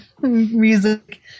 music